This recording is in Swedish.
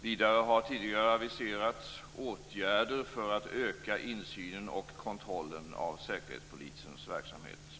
Vidare har tidigare aviserats åtgärder för att öka insynen i och kontrollen av Säkerhetspolisens verksamhet.